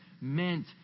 meant